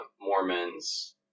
Mormons